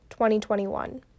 2021